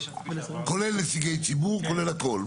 כולל נציגי ציבור, כולל הכול.